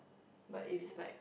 but if it's like